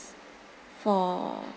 for